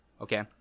okay